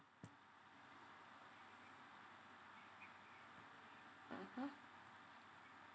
mmhmm